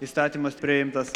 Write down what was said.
įstatymas priimtas